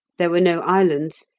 there were no islands,